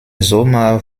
sommer